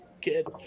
kid